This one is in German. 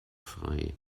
frei